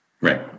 Right